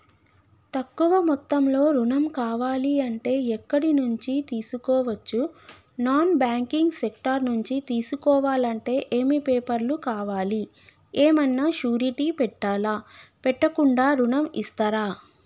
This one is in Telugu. తక్కువ మొత్తంలో ఋణం కావాలి అంటే ఎక్కడి నుంచి తీసుకోవచ్చు? నాన్ బ్యాంకింగ్ సెక్టార్ నుంచి తీసుకోవాలంటే ఏమి పేపర్ లు కావాలి? ఏమన్నా షూరిటీ పెట్టాలా? పెట్టకుండా ఋణం ఇస్తరా?